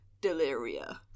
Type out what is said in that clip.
deliria